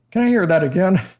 can i hear that again?